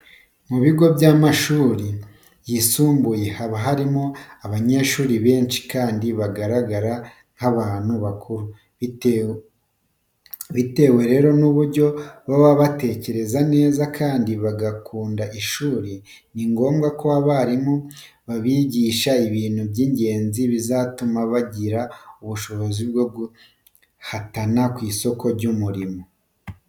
Mu bigo by'amashuri yisumbuye haba harimo abanyeshuri benshi kandi bagaragara nk'abantu bakuru. Bitewe rero n'uburyo baba batekereza neza kandi bagakunda ishuri, ni ngombwa ko abarimu babigisha ibintu by'ingenzi bizatuma bagira ubushobozi bwo guhatana ku isoko ry'umurimo.